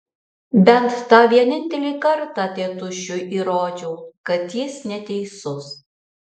bent tą vienintelį kartą tėtušiui įrodžiau kad jis neteisus